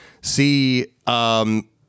see